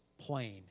plain